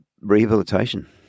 rehabilitation